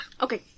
Okay